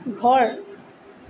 ঘৰ